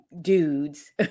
dudes